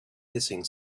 hissing